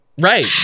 right